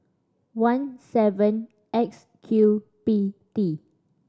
one seven X Q P T